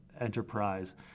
Enterprise